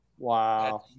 Wow